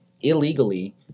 illegally